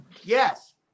Yes